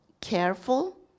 careful